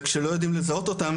וכשלא יודעים לזהות אותם,